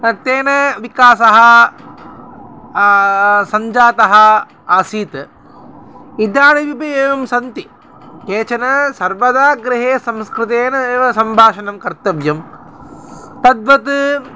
तत्तेन विकासः सञ्जातः आसीत् इदानीमपि एवं सन्ति केचन सर्वदा गृहे संस्कृतेन एव सम्भाषणं कर्तव्यं तद्वत्